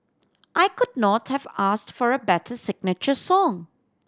I could not have asked for a better signature song